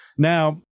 Now